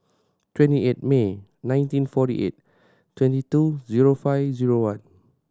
twenty eight May nineteen forty eight twenty two zero five zero one